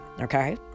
okay